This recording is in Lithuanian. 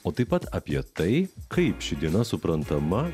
o taip pat apie tai kaip ši diena suprantama